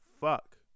fuck